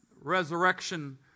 resurrection